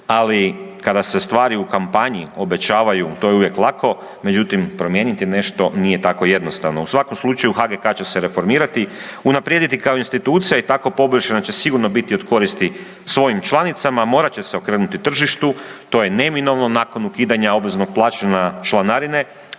ali kada se stvari u kampanji obećavaju to je uvijek lako, međutim promijeniti nešto nije tako jednostavno. U svakom slučaju HGK će se reformirati, unaprijediti kao institucija i tako poboljšana će sigurno biti od koristi svojim članicama, morat će se okrenuti tržištu to je neminovno, nakon ukidanja obveznog plaćanja članarine,